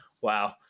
wow